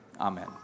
Amen